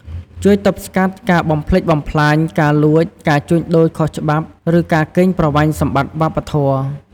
ជួយទប់ស្កាត់ការបំផ្លិចបំផ្លាញ ការលួច ការជួញដូរខុសច្បាប់ ឬការកេងប្រវ័ញ្ចសម្បត្តិវប្បធម៌។